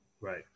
Right